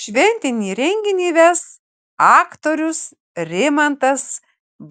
šventinį renginį ves aktorius rimantas